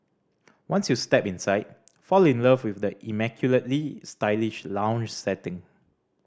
once you step inside fall in love with the immaculately stylish lounge setting